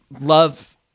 love